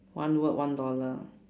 one word one dollar